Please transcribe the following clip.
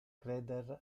creder